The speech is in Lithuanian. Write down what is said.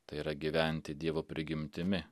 tai yra gyventi dievo prigimtimi